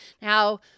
Now